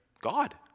God